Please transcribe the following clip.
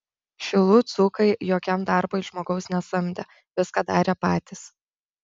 šilų dzūkai jokiam darbui žmogaus nesamdė viską darė patys